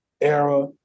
era